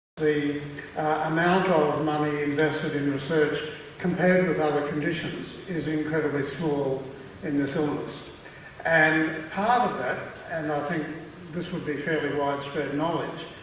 the amount of money invested in research compared with other conditions is incredibly small in this illness and part of that and i think this would be fairly widespread knowledge,